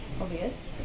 obvious